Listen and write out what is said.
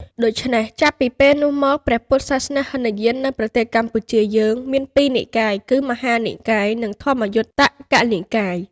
ដូច្នេះ ចាប់ពីពេលនោះមក ព្រះពុទ្ធសាសនាហីនយាននៅប្រទេសកម្ពុជាយើងមានពីរនិកាយគឺ មហានិកាយ និង ធម្មយុត្តិកនិកាយ។